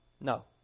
No